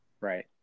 Right